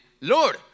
Lord